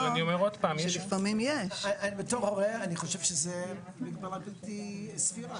כהורה אני חושב שיש כאן סתירה.